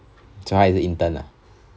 so 她是 intern ah